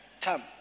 Come